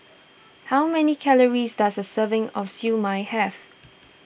how many calories does a serving of Siew Mai have